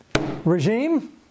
regime